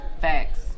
Facts